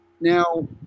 now